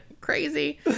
crazy